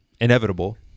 inevitable